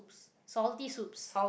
salty soups